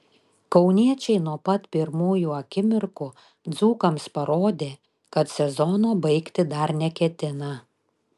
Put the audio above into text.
kauniečiai nuo pat pirmųjų akimirkų dzūkams parodė kad sezono baigti dar neketina